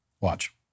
Watch